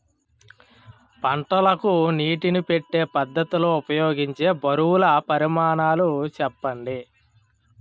పంటలకు నీటినీ పెట్టే పద్ధతి లో ఉపయోగించే బరువుల పరిమాణాలు చెప్పండి?